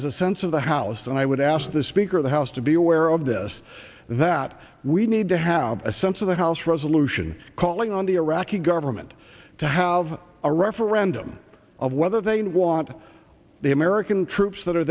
d a sense of the house and i would ask the speaker of the house to be aware of this that we need to have a sense of the house resolution calling on the iraqi government to have a referendum of whether they want the american troops that are